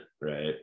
right